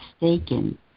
mistaken